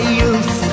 youth